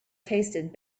tasted